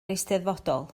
eisteddfodol